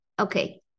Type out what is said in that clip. okay